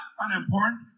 unimportant